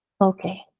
Okay